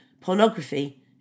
pornography